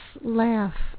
laugh